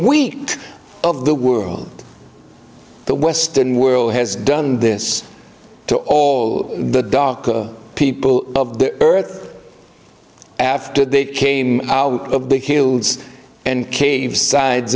weak of the world the western world has done this to all the dark people of the earth after they came out of the hills and caves sides